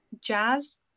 jazz